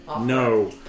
No